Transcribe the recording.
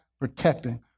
protecting